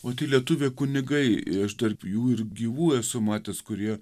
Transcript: o tie lietuvė kunigai aš tarp jų ir gyvų esu matęs kurie